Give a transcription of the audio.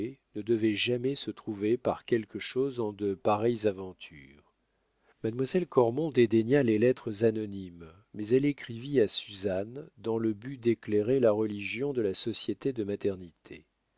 ne devait jamais se trouver pour quelque chose en de pareilles aventures mademoiselle cormon dédaigna les lettres anonymes mais elle écrivit à suzanne dans le but d'éclairer la religion de la société de maternité